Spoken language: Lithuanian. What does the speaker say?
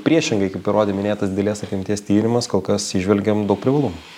priešingai kaip įrodė minėtas didelės apimties tyrimas kol kas įžvelgiam daug privalumų